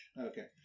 Okay